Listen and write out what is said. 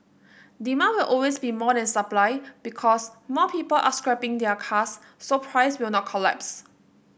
demand will always be more than supply because more people are scrapping their cars so price will not collapse